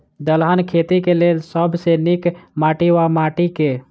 दलहन खेती केँ लेल सब सऽ नीक माटि वा माटि केँ?